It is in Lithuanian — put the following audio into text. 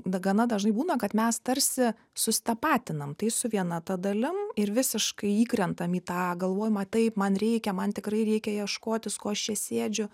gana dažnai būna kad mes tarsi susitapatinam tai su viena ta dalim ir visiškai įkrentam į tą galvojimą taip man reikia man tikrai reikia ieškotis ko aš čia sėdžiu